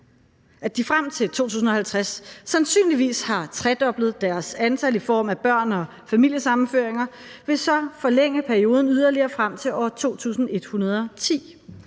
At de frem til 2050 sandsynligvis har tredoblet deres antal i form af børn og familiesammenføringer, vil så forlænge perioden yderligere frem til år 2110.